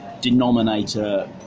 denominator